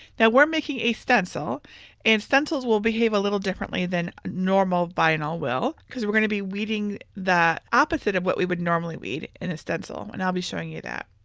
we're making a stencil and stencils will behave a little differently than normal vinyl will cause we're going to be weeding the opposite of what we would normally weed in a stencil and i'll be showing you that.